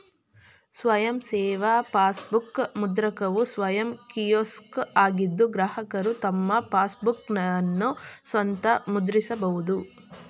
ಸ್ವಯಂ ಸೇವಾ ಪಾಸ್ಬುಕ್ ಮುದ್ರಕವು ಸ್ವಯಂ ಕಿಯೋಸ್ಕ್ ಆಗಿದ್ದು ಗ್ರಾಹಕರು ತಮ್ಮ ಪಾಸ್ಬುಕ್ಅನ್ನ ಸ್ವಂತ ಮುದ್ರಿಸಬಹುದು